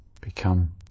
become